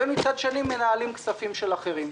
ומצד שני מנהלות כספים של אחרים.